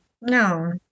No